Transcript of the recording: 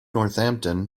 northampton